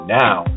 now